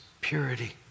purity